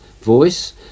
voice